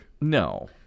No